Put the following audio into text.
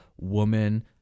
woman